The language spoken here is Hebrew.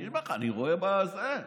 אני אומר לך, אני רואה, היום.